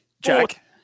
Jack